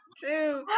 Two